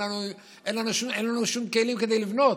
אין לנו שום כלים כדי לבנות.